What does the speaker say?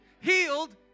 Healed